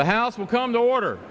the house will come to order